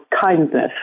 kindness